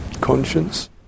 conscience